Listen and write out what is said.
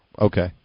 okay